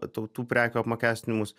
tautų prekių apmokestinimus